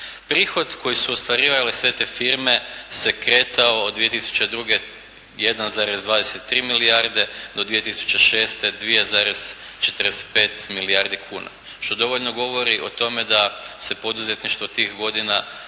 Prihod koji su ostvarivale sve te firme se kretao od 2002. 1,23 milijarde do 2006. 2,45 milijardi kuna što dovoljno govori o tome da se poduzetništvo tih godina